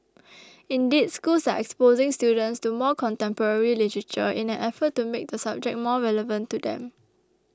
indeed schools are exposing students to more contemporary literature in an effort to make the subject more relevant to them